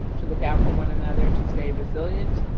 to look out for one another, to stay resilient,